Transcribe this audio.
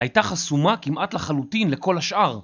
הייתה חסומה כמעט לחלוטין לכל השאר